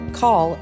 call